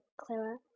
Clara